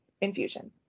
infusion